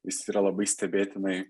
jis yra labai stebėtinai